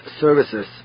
services